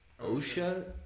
OSHA